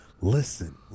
Listen